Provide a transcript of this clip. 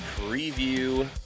preview